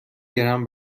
گرم